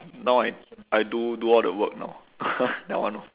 now I I do do all the work now that one orh